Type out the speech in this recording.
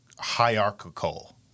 hierarchical